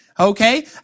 Okay